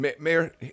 Mayor